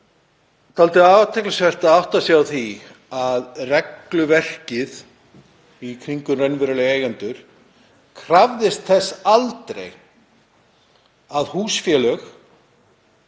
Það er dálítið athyglisvert að átta sig á því að regluverkið í kringum raunverulega eigendur krafðist þess aldrei að húsfélög